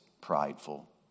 prideful